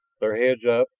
their heads up,